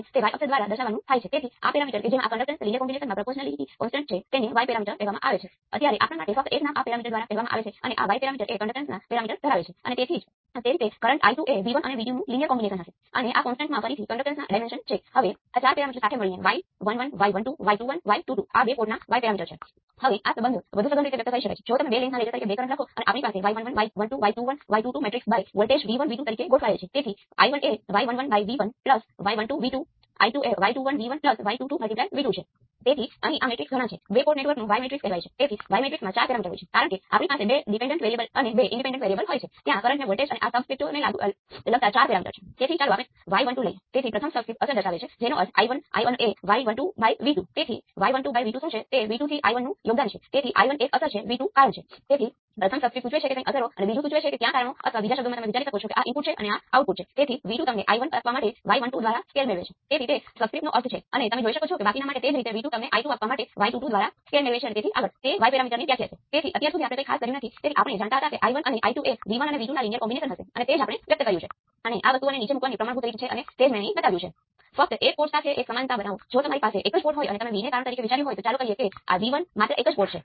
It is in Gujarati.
તેથી આપણને 1 કિલો Ω 2 કિલો Ω × V1 મળે છે અથવા V1 માંથી ફક્ત 12 મળે છે